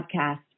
podcast